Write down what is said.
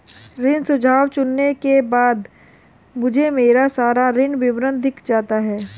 ऋण सुझाव चुनने के बाद मुझे मेरा सारा ऋण विवरण दिख जाता है